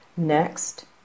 Next